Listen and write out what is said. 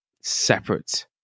separate